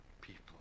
people